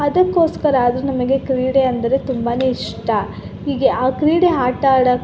ಅದಕ್ಕೊಸ್ಕರ ಆದರೂ ನಮಗೆ ಕ್ರೀಡೆ ಅಂದರೆ ತುಂಬಾ ಇಷ್ಟ ಹೀಗೆ ಆ ಕ್ರೀಡೆ ಆಟವಾಡ